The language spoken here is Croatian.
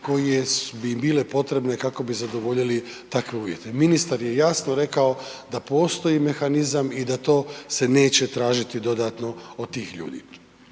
koje bi bile potrebne kako bi zadovoljili takve uvjete. Ministar je jasno rekao da postoji mehanizam i da to se neće tražiti dodatno od tih ljudi.